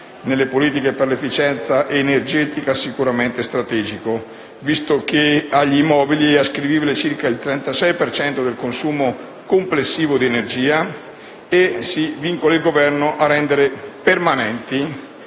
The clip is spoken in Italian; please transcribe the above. nelle politiche per l'efficienza energetica sicuramente strategico, visto che agli immobili è ascrivibile circa il 36 per cento del consumo complessivo di energia; pertanto, si vincola il Governo a rendere permanenti,